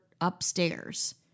upstairs